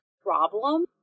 problem